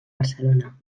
barcelona